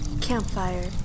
Campfire